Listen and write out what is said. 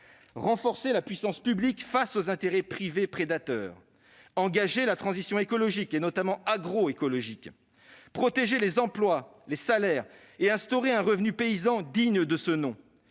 renforcer la puissance publique face aux intérêts privés prédateurs ; engager la transition écologique, notamment agroécologique ; protéger les emplois ainsi que les salaires et instaurer un revenu paysan digne de ce nom